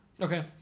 Okay